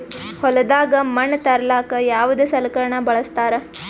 ಹೊಲದಾಗ ಮಣ್ ತರಲಾಕ ಯಾವದ ಸಲಕರಣ ಬಳಸತಾರ?